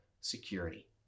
security